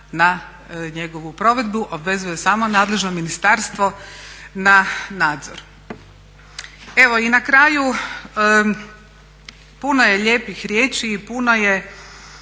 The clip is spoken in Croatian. na njegovu provedbu. Obvezuje je samo nadležno ministarstvo na nadzor. Evo i na kraju puno je lijepih riječi i puno je